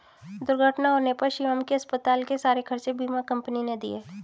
दुर्घटना होने पर शिवम के अस्पताल के सारे खर्चे बीमा कंपनी ने दिए